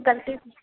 ग़लती